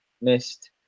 missed